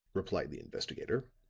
replied the investigator.